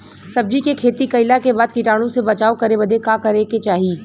सब्जी के खेती कइला के बाद कीटाणु से बचाव करे बदे का करे के चाही?